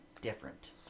different